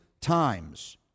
times